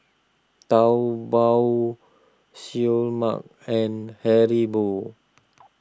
Taobao Seoul Mart and Haribo